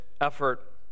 effort